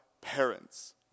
parents